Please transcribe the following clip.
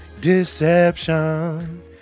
deception